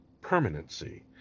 permanency